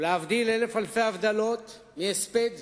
ולהבדיל אלף אלפי הבדלות מהספד,